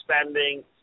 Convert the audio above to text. spending